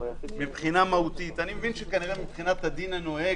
שמבחינה מהותית אני מבין שכנראה מבחינת הדין הנוהג